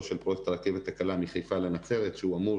של פרויקט הרכבת הקלה מחיפה לנצרת שאמורה